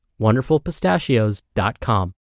wonderfulpistachios.com